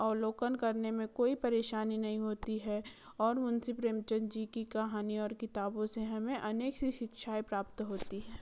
अवलोकन करने में कोई परेशानी नहीं होती है और मुंशी प्रेमचंद्र जी की कहानी और किताबों से हमें अनेक सी शिक्षाएँ प्राप्त होती हैं